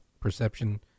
perception